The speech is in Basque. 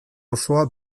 osoa